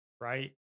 right